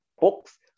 books